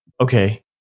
Okay